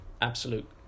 absolute